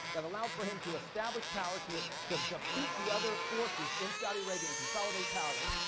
that allowed for him to establish power, to ah to defeat the other forces in saudi arabia and consolidate power,